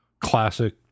classic